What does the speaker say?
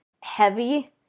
heavy